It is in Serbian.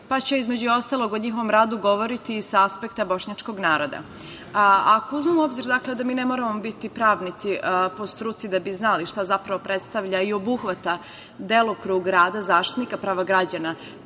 pa ću između ostalog o njihovom radu govoriti i sa aspekta bošnjačkog naroda. Ako uzmemo u obzir da mi ne moramo biti pravnici po struci da bi znali šta zapravo predstavlja i obuhvata delokrug rada Zaštitnika prava građana,